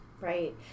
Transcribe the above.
Right